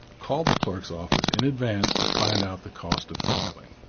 call the clerk's office in advance to find out the cost of filing.